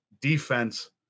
defense